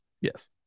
Yes